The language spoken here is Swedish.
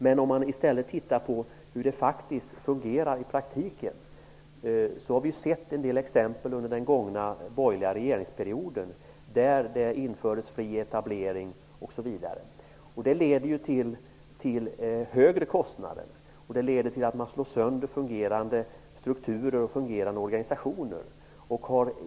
Men om man i stället ser på hur det faktiskt fungerar i praktiken så har vi sett en del exempel under den gångna borgerliga regeringsperioden då det infördes fri etablering osv. Det leder till att man får högre kostnader och till att man slår sönder fungerande strukturer och fungerande organisationer.